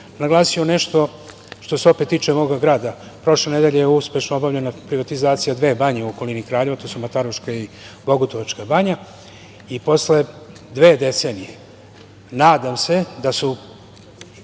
naglasio nešto što se opet tiče mog grada. Prošle nedelje je uspešno obavljena privatizacija dve banje u okolini Kraljeva. To su Mataruška i Bogutovačka Banja. Posle dve decenije nadam se da su